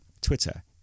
Twitter